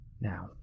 Now